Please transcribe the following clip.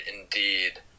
indeed